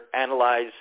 analyze